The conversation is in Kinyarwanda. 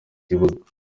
kibuga